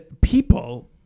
people